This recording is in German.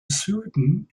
süden